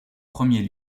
premier